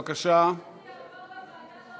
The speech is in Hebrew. אני מבקשת שזה יעבור לוועדה לעובדים זרים,